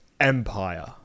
empire